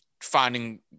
finding